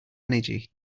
energy